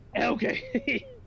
Okay